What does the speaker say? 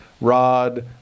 rod